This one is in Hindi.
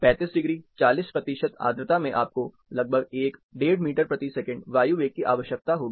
35 डिग्री 40 प्रतिशत आर्द्रता में आपको लगभग 1 15 मीटर प्रति सेकंड वायु वेग की आवश्यकता होगी